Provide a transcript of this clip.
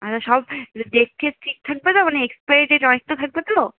আচ্ছা সব ডেট ঠেট ঠিক থাকবে তো মানে এক্সপায়ারি ডেট অনেকটা থাকবে তো